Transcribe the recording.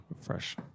fresh